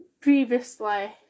Previously